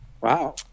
wow